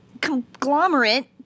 conglomerate